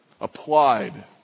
applied